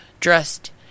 dressed